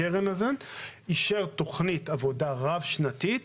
אישרה תכנית עבודה רב שנתית